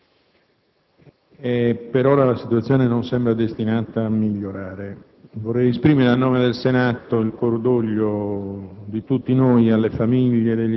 Purtroppo, anche in relazione alla segnalazione che ci era stata fatta all'inizio della seduta dal senatore Mantovano, devo informare il Senato